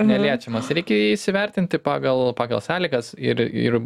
neliečiamas reikia įsivertinti pagal pagal sąlygas ir ir